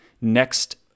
next